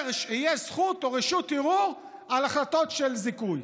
זכות או רשות ערעור על החלטות של זיכוי,